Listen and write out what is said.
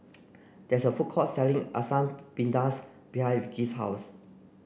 there is a food court selling Asam Pedas behind Vicky's house